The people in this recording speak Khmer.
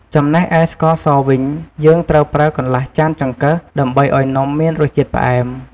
ចំណែកឯ ស្ករសវិញ យើងត្រូវប្រើ កន្លះចានចង្កឹះ ដើម្បីឱ្យនំមានរសជាតិផ្អែម។